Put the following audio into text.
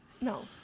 No